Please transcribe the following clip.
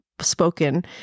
spoken